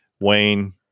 Wayne